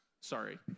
sorry